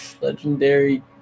legendary